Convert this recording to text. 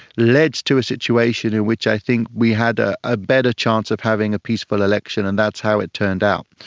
led to a situation in which i think we had ah a better chance of having a peaceful election and that's how it turned out.